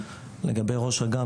לגבי ראש אג"מ,